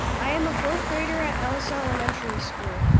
i am a fourth grader at ellis elementary school.